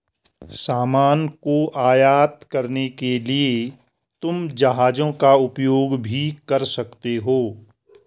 सामान को आयात करने के लिए तुम जहाजों का उपयोग भी कर सकते हो